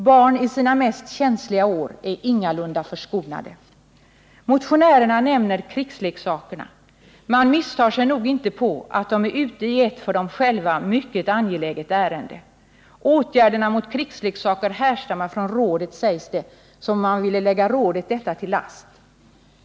Barn i sina mest känsliga år är ingalunda förskonade. Motionärerna nämner krigsleksakerna. Man misstar sig nog inte på att de är ute i ett för dem själva mycket angeläget ärende. ”Åtgärderna mot krigsleksaker härstammar från rådet”, sägs det, som om man vill lägga rådet detta till last.